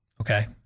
Okay